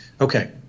okay